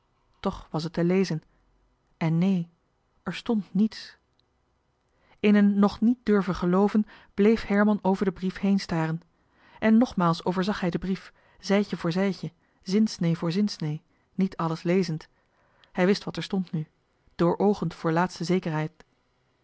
toch was het te lezen en neen er stond niets in een nog niet durven gelooven bleef herman over den brief heen staren en nogmaals overzag hij den brief zijdje voor zijdje zinsnee voor zinsnee niet alles lezend hij wist wat er stond nu dooroogend voor laatste zekerheid